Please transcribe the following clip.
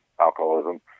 alcoholism